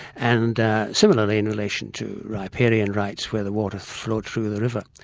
and similarly in relation to riparian rights where the water flowed through the river.